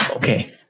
Okay